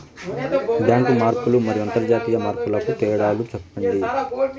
Bank మార్పులు మరియు అంతర్జాతీయ మార్పుల కు తేడాలు సెప్పండి?